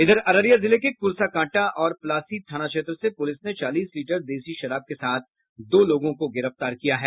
इधर अररिया जिले के कुर्साकाँटा और पलासी थाना क्षेत्र से पुलिस ने चालीस लीटर देशी शराब के साथ दो लोगों को गिरफ्तार किया है